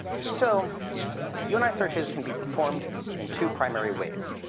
so uni searches can be performed in two primary ways.